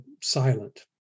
silent